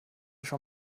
schon